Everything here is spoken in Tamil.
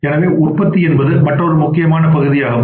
எனவே உற்பத்தி என்பது மற்றொரு முக்கியமான பகுதியாகும்